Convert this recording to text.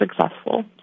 successful